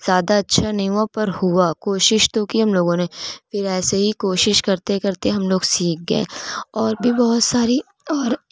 زیادہ اچھا نہیں ہوا پر ہوا کوشش تو کی ہم لوگوں نے پھر ایسے ہی کوشش کرتے کرتے ہم لوگ سیکھ گئے اور بھی بہت ساری اور